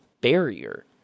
barrier